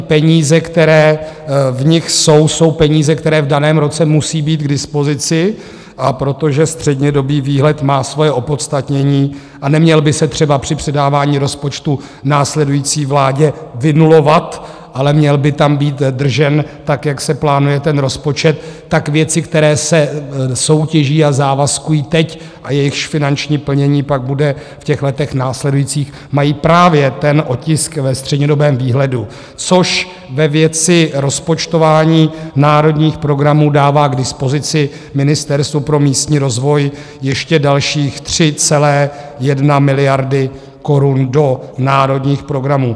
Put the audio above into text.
Peníze, které v nich jsou, jsou peníze, které v daném roce musí být k dispozici, a protože střednědobý výhled má svoje opodstatnění a neměl by se třeba při předávání rozpočtu následující vládě vynulovat, ale měl by tam být držen tak, jak se plánuje rozpočet, tak věci, které se soutěží a závazkují teď a jejichž finanční plnění pak bude v letech následujících, mají právě otisk ve střednědobém výhledu, což ve věci rozpočtování národních programů dává k dispozici Ministerstvu pro místní rozvoj ještě další 3,1 miliardy korun do národních programů.